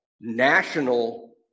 national